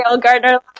Gardner